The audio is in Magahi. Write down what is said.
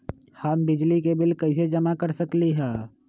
हम बिजली के बिल कईसे जमा कर सकली ह?